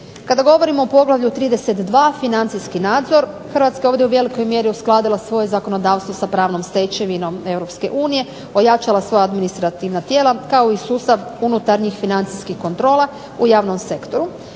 Kada govorimo o Poglavlju 32. – Financijski nadzor Hrvatska je ovdje u velikoj mjeri uskladila svoje zakonodavstvo sa pravnom stečevinom EU, ojačala svoja administrativna tijela kao i sustav unutarnjih financijskih kontrola u javnom sektoru,